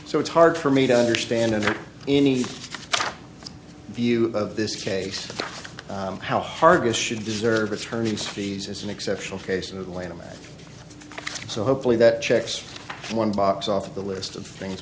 so it's hard for me to understand any view of this case how hard is should deserve attorney's fees as an exceptional case in atlanta so hopefully that checks one box off the list of things